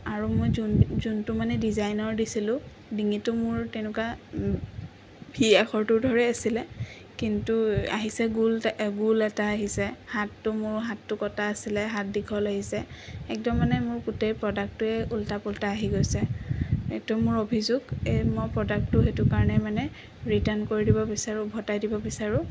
আৰু মই যোনটো মানে ডিজাইনৰ দিছিলোঁ ডিঙিটো মোৰ তেনেকুৱা ভি আখৰটোৰ দৰে আছিলে কিন্তু আহিছে গোল গোল এটা আহিছে হাতটো মোৰ হাতটো কটা আছিলে হাত দীঘল আহিছে একদম মানে মোৰ গোটেই প্ৰডাক্টটোৱেই উল্টা পোল্টা আহি গৈছে এইটো মোৰ অভিযোগ এই মই প্ৰডাক্টটো সেইটো কাৰণে মানে ৰিটাৰ্ন কৰি দিব বিচাৰোঁ উভতাই দিব বিচাৰোঁ